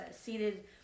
seated